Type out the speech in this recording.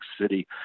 city